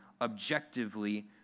objectively